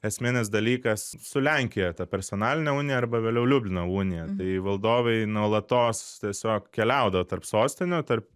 esminis dalykas su lenkija ta personalinė unija arba vėliau liublino unija tai valdovai nuolatos tiesiog keliaudavo tarp sostinių tarp